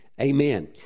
Amen